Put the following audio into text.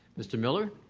mr. miller?